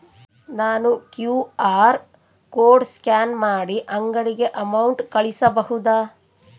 ನಾನು QR code scan ಮಾಡಿ ಅಂಗಡಿಗೆ ಅಮೌಂಟ್ ಕಳಿಸಬಹುದಾ?